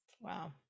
Wow